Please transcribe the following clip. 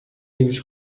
livros